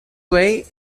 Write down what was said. way